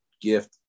gift